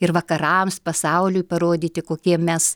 ir vakarams pasauliui parodyti kokie mes